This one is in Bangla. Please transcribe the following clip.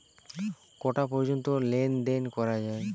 কটা পর্যন্ত লেন দেন করা য়ায়?